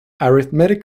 arithmetic